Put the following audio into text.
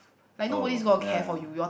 oh ya